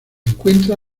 encuentra